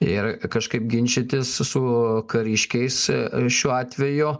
ir kažkaip ginčytis su kariškiais ar šiuo atveju